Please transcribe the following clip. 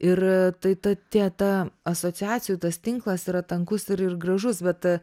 ir tai ta tie ta asociacijų tas tinklas yra tankus ir ir gražus bet